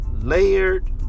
layered